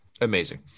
Amazing